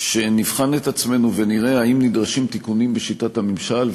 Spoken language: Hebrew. שנבחן את עצמנו ונראה אם נדרשים תיקונים בשיטת הממשל,